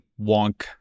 wonk